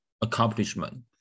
accomplishment